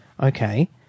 okay